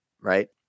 right